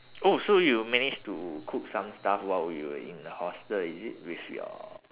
oh so you managed to cook some stuff while you were in hostel is it with your